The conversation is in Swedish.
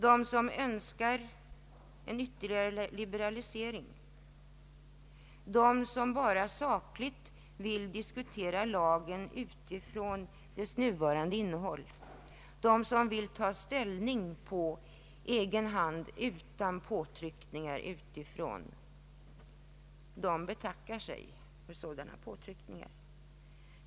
De som önskar en ytterligare liberalisering, de som bara sakligt vill diskutera lagen utifrån dess nuvarande innehåll, de som vill ta ställning på egen hand utan påverkan utifrån betackar sig för sådana påtryckningar.